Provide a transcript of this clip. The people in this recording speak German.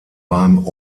beim